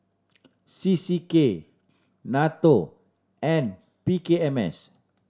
C C K NATO and P K M S